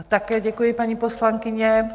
Také děkuji, paní poslankyně.